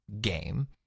game